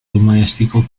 domestico